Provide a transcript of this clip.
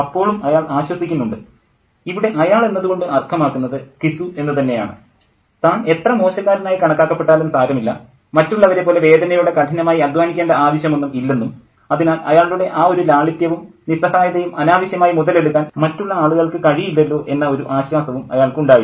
അപ്പോളും അയാൾ ആശ്വസിക്കുന്നുണ്ട് പ്രൊഫസ്സർ ഇവിടെ അയാൾ എന്നതു കൊണ്ട് അർത്ഥമാക്കുന്നത് ഘിസു എന്നു തന്നെയാണ് താൻ എത്ര മോശക്കാരനായി കണക്കാക്കപ്പെട്ടാലും സാരമില്ല മറ്റുള്ളവരെപ്പോലെ വേദനയോടെ കഠിനമായി അദ്ധ്വാനിക്കേണ്ട ആവശ്യമൊന്നും ഇല്ലെന്നും അതിനാൽ അയാളുടെ ആ ഒരു ലാളിത്യവും നിസ്സഹായതയും അനാവശ്യമായി മുതലെടുക്കാൻ മറ്റുള്ള ആളുകൾക്ക് കഴിയില്ലല്ലോ എന്ന ഒരു ആശ്വാസവും അയാൾക്ക് ഉണ്ടായിരുന്നു